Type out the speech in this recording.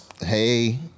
Hey